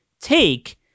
take